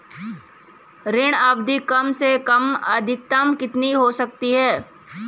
ऋण अवधि कम से कम तथा अधिकतम कितनी हो सकती है?